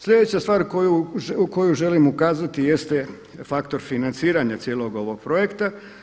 Sljedeća stvar koju želim ukazati jeste faktor financiranja cijelog ovog projekta.